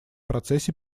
процессе